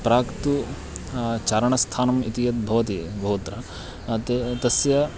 प्राक्तु चारणस्थानम् इति यद्भवति बहुत्र ते तस्य